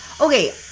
Okay